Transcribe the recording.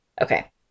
Okay